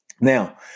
Now